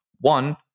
One